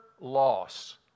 loss